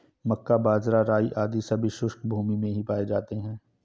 मक्का, बाजरा, राई आदि सभी शुष्क भूमी में ही पाए जाते हैं